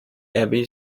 abbey